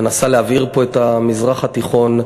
מנסה להבעיר פה את המזרח התיכון,